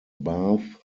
bath